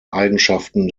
eigenschaften